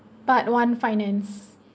part one finance